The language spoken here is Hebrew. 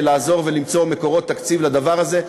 לעזור למצוא מקורות תקציב לדבר הזה.